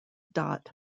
dot